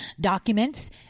documents